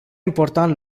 important